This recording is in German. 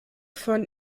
von